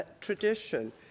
Tradition